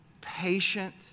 patient